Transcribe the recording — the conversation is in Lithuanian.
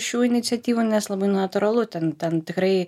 šių iniciatyvų nes labai natūralu ten ten tikrai